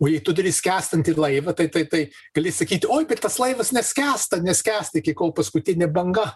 o jei tu turi skęstantį laivą tai tai tai gali sakyti oi bet tas laivas neskęsta neskęsta iki kol paskutinė banga